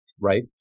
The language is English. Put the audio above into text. Right